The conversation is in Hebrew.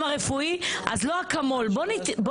רגע, הוא צודק, חברת הכנסת קטי שטרית.